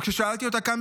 וכששאלתי אותה כאן,